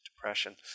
depression